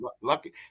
lucky